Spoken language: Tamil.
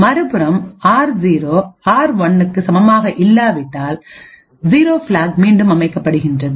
மறுபுறம் ஆர்0ஆர்1 க்கு சமமாக இல்லாவிட்டால் 0 பிளாக் மீண்டும் அமைக்கப்படுகின்றது